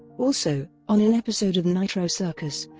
also, on an episode of nitro circus,